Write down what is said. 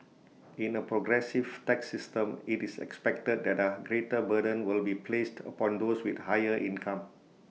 in A progressive tax system IT is expected that A greater burden will be placed upon those with higher income